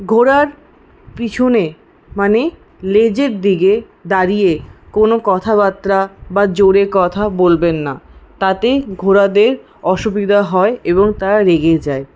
ঘোড়ার পিছনে মানে লেজের দিকে দাঁড়িয়ে কোনো কথাবার্তা বা জোরে কথা বলবেন না তাতেই ঘোড়াদের অসুবিধা হয় এবং তারা রেগে যায়